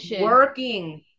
working